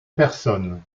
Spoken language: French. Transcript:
personnes